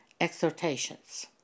Exhortations